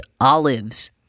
olives